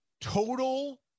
total